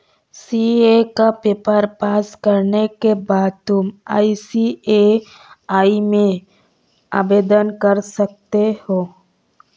CA का paper pass करने के बाद तुम आई.सी.ए.आई में भी आवेदन कर सकते हो